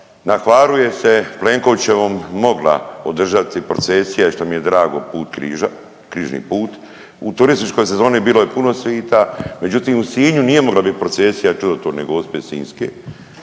na Hvaru je se Plenkovićevom mogla održati procesija i što mi je drago put križa, Križni put u turističkoj sezoni bilo je puno svita međutim u Sinju nije mogla bit procesija čudotvorne gospe Sinjske